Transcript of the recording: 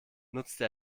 nutzte